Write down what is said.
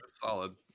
solid